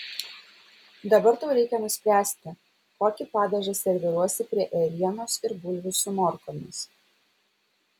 dabar tau reikia nuspręsti kokį padažą serviruosi prie ėrienos ir bulvių su morkomis